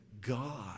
God